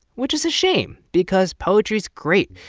which is a shame because poetry's great.